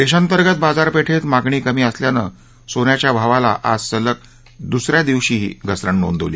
देशांतर्गत बाजारपेठेत मागणी कमी असल्यानं सोन्याच्या भावात आज सलग दुसऱ्या दिवशी घसरण झाली